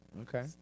Okay